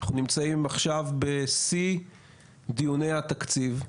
אנחנו נמצאים עכשיו בשיא דיוני התקציב,